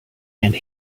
and